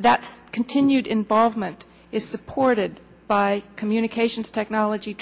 that continued involvement is supported by communications technology